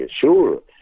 sure